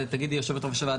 ויושבת-ראש הוועדה,